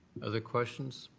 other questions?